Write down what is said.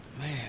Man